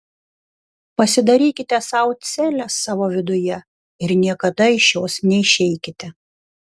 pasidarykite sau celę savo viduje ir niekad iš jos neišeikite